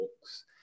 books